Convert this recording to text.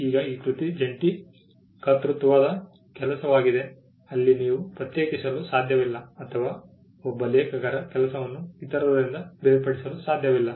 ಈಗ ಈ ಕೃತಿ ಜಂಟಿ ಕರ್ತೃತ್ವದ ಕೆಲಸವಾಗಿದೆ ಏಕೆಂದರೆ ಅಲ್ಲಿ ನೀವು ಪ್ರತ್ಯೇಕಿಸಲು ಸಾಧ್ಯವಿಲ್ಲ ಅಥವಾ ಒಬ್ಬ ಲೇಖಕರ ಕೆಲಸವನ್ನು ಇತರರಿಂದ ಬೇರ್ಪಡಿಸಲು ಸಾಧ್ಯವಿಲ್ಲ